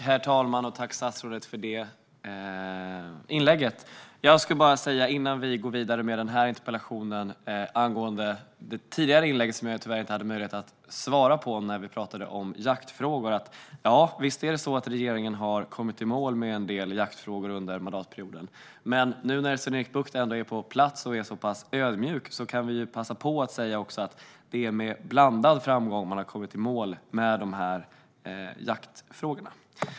Herr talman! Jag tackar statsrådet för inlägget. Innan vi går vidare med denna interpellation vill jag säga något angående det tidigare inlägget om jaktfrågor, som jag tyvärr inte hade möjlighet att svara på. Visst är det så att regeringen har kommit i mål med vissa jaktfrågor under mandatperioden, men när Sven-Erik Bucht nu ändå är på plats och är så pass ödmjuk kan jag passa på att säga att det är med blandad framgång som man har kommit i mål med dessa jaktfrågor.